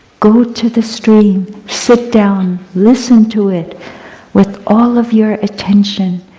go to the stream. sit down. listen to it with all of your attention.